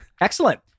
Excellent